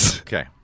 Okay